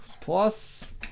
plus